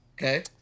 Okay